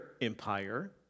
empire